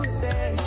say